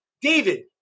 David